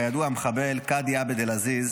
כידוע, המחבל קאדי עבד אל-עזיז